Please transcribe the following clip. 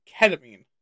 ketamine